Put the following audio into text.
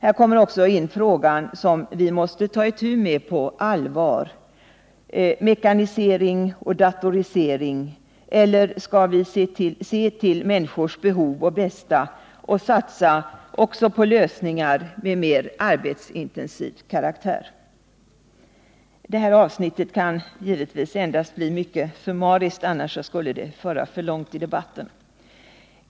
Här kommer också in en fråga som vi måste ta itu med på allvar: Skall vi välja mekanisering och datorisering eller skall vi se till människors behov och bästa och satsa också på lösningar av mer arbetsintensiv karaktär? Det här avsnittet kan givetvis endast bli mycket summariskt — annars skulle det föra för långt i debatten.